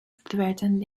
threatened